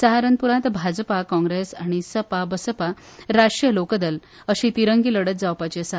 सहारनपुरांत भाजपा काँग्रेस आनी सपा बसपा राष्ट्रीय लोकदल अशी तिरंगी लडत जावपाची आसा